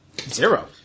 Zero